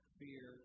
fear